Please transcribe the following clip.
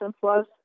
Plus